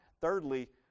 Thirdly